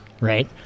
right